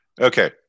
okay